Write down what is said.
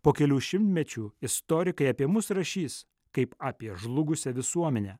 po kelių šimtmečių istorikai apie mus rašys kaip apie žlugusią visuomenę